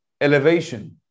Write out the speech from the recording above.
elevation